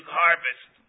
harvest